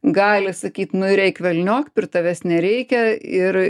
gali sakyt nu ir eik velniop ir tavęs nereikia ir